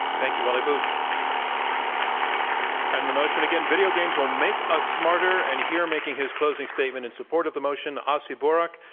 thank you, wally booth. and the motion again, video games will make us smarter. and here making his closing statement in support of the motion, asi burak,